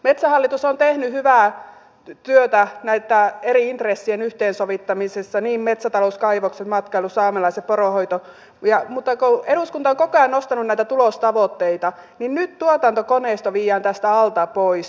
metsähallitus on tehnyt hyvää työtä näiden eri intressien yhteensovittamisessa niin metsätalous kaivokset matkailu saamelaiset kuin poronhoito mutta kun eduskunta on koko ajan nostanut näitä tulostavoitteita niin nyt tuotantokoneisto viedään tästä alta pois